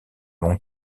long